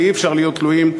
ואי-אפשר להיות תלויים,